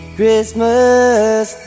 Christmas